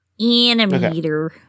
Animator